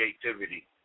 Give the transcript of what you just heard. creativity